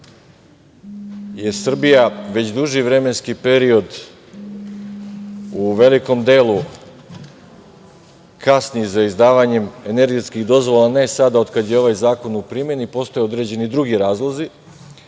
da Srbija već duži vremenski period u velikom delu kasni sa izdavanjem energetskih dozvola, ne sada od kada je ovaj zakon u primeni, postoje određeni drugi razlozi.